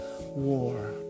war